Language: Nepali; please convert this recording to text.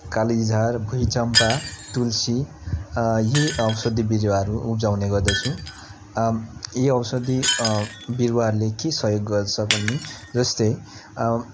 कालिझार भुइँचम्पा तुलसी यी औषधी बिरुवाहरू उब्जाउने गर्दछु यी औषधी बिरुवाहरूले के सहयोग गर्छ भने जस्तै